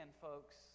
folks